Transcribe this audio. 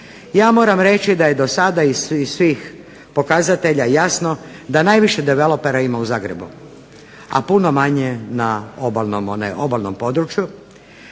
ja moram reći da je dosada iz svih pokazatelja jasno da najviše developera ima u Zagrebu, a puno manje na obalnom području.